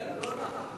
מגיע לה.